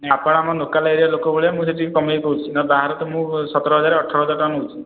ନାହିଁ ଆପଣ ଆମ ଲୋକାଲ୍ ଏରିଆ ଲୋକ ଭଳିଆ ମୁଁ ସେଥିପାଇଁ କମାଇକି କହୁଛି ନ ବାହାରେ ତ ମୁଁ ସତର ହଜାର ଅଠର ହଜାର ଟଙ୍କା ନେଉଛି